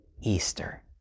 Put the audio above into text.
Easter